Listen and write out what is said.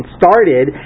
started